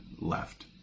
left